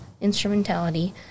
instrumentality